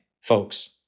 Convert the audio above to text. folks